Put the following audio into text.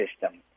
system